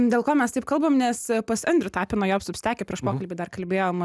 dėl ko mes taip kalbam nes pas andrių tapiną jo substekę prieš pokalbį dar kalbėjom